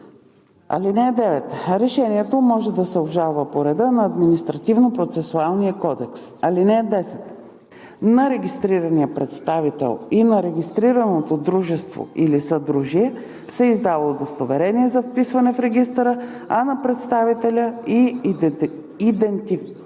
(9) Решението може да се обжалва по реда на Административнопроцесуалния кодекс. (10) На регистрирания представител и на регистрираното дружество или съдружие се издава удостоверение за вписване в регистъра, а на представителя – и идентификационна